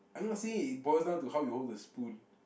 I'm not saying it boils down to how you hold the spoon